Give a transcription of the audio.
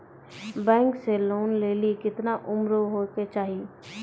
Bank से loan लेली केतना उम्र होय केचाही?